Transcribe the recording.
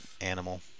animal